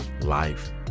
life